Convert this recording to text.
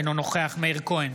אינו נוכח מאיר כהן,